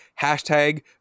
Hashtag